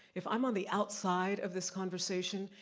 if i'm on the outside of this conversation,